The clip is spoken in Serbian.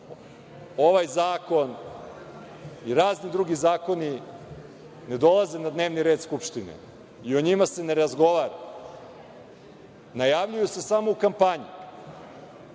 ovaj zakon i razni drugi zakoni ne dolaze na dnevni red Skupštine i o njima se ne razgovara. Najavljuju se samo u kampanji